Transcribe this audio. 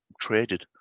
traded